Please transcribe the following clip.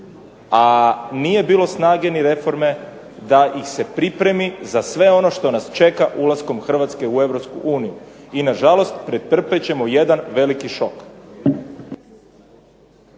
a nije bilo snage ni reforme da ih se pripremi za sve ono što nas čeka ulaskom Hrvatske u EU. I nažalost pretrpjet ćemo jedan veliki šok.